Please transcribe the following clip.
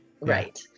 Right